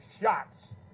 shots